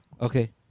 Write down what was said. okay